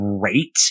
great